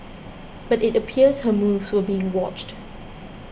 but it appears her moves were being watched